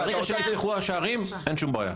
ברגע שנפתחו השערים אין בעיה.